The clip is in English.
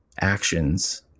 actions